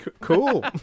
Cool